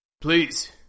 Please